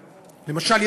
למשל,